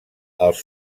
els